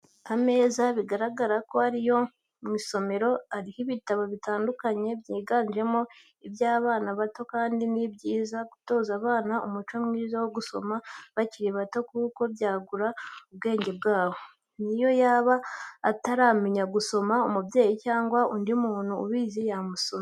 Ameza bigaragara ko ari ayo mu isomera ariho ibitabo bitandukanye byiganjemo iby'abana bato kandi ni byiza gutoza abana umuco mwiza wo gusoma bakiri bato kuko byagura ubwenge bwabo, niyo yaba ataramenya gusoma umubyeyi cyangwa undi muntu ubizi yamusomera.